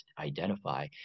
identify